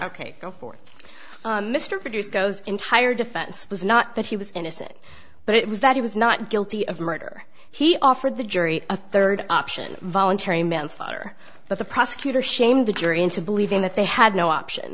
ok go forth mr produced goes entire defense was not that he was innocent but it was that he was not guilty of murder he offered the jury a third option voluntary manslaughter but the prosecutor shamed the jury into believing that they had no option